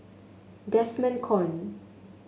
Desmond Kon